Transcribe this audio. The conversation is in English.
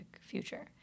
future